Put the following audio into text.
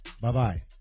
Bye-bye